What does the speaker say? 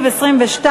22,